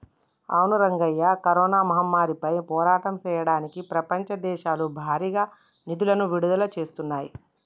అవును రంగయ్య కరోనా మహమ్మారిపై పోరాటం చేయడానికి ప్రపంచ దేశాలు భారీగా నిధులను విడుదల చేస్తున్నాయి